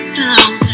down